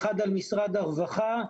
האחד על משרד הרווחה.